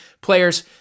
Players